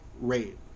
rate